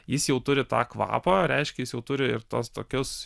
jis jau turi tą kvapą reiškia jis jau turi ir tuos tokius